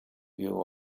view